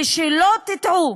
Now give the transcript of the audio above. ושלא תטעו,